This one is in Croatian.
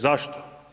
Zašto?